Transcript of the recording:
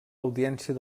audiència